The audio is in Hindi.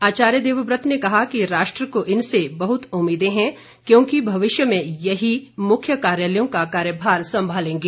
आचार्य देवव्रत ने कहा कि राष्ट्र को इनसे बहुत उम्मीदें हैं क्योंकि भविष्य में यही मुख्य कार्यालयों का कार्यभार सम्भालेंगे